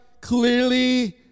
clearly